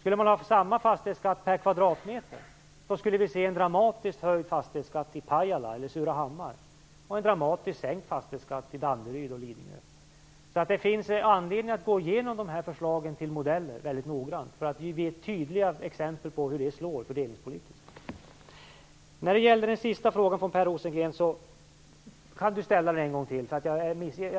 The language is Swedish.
Skulle man ha samma fastighetsskatt per kvadratmeter skulle vi få se en dramatiskt höjd fastighetsskatt i Pajala eller Surahammar och en dramatiskt sänkt fastighetsskatt i Danderyd och Lidingö. Det finns anledning att gå igenom de här förslagen till modeller mycket noggrant så att vi får tydliga exempel på hur det slår fördelningspolitiskt. Kan Per Rosengren ställa den sista frågan en gång till.